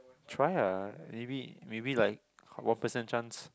try ah maybe maybe like one percent chance